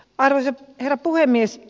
arvoisa herra puhemies